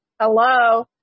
hello